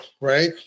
right